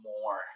more